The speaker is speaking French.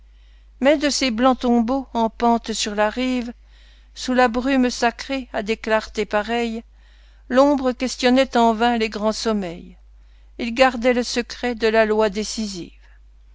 mais de ces blancs tombeaux en pente sur la rive sous la brume sacrée à des clartés pareils l'ombre questionnait en vain les grands sommeils ils gardaient le secret de la loi décisive